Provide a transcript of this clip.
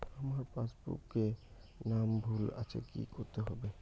আমার পাসবুকে নাম ভুল আছে কি করতে হবে?